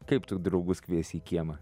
kaip tu draugus kviesi į kiemą